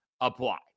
apply